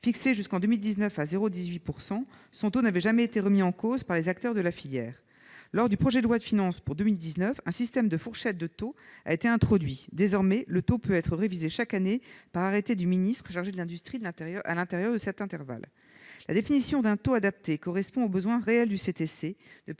Fixé jusqu'en 2019 à 0,18 %, son taux n'avait jamais été remis en cause par les acteurs de la filière. Lors de la discussion du projet de loi de finances pour 2019, un système de fourchette de taux a été introduit. Désormais, le taux peut être révisé chaque année par arrêté du ministre chargé de l'industrie, à l'intérieur de cet intervalle. La définition d'un taux adapté correspondant aux besoins réels du CTC ne peut faire l'économie